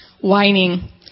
Whining